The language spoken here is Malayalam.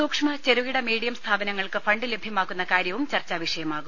സൂക്ഷ്മ ചെറുകിട മീഡിയം സ്ഥാപന ങ്ങൾക്ക് ഫണ്ട് ലഭ്യമാക്കുന്ന കാര്യവും ചർച്ചാവിഷയമാവും